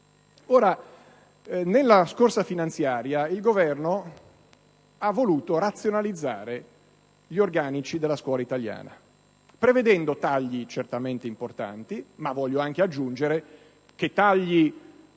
Nella scorsa finanziaria il Governo ha voluto razionalizzare gli organici della scuola italiana, prevedendo tagli certamente importanti, ma voglio aggiungere che tagli